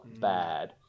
bad